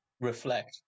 Reflect